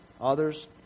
others